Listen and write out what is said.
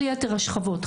כל יתר השכבות,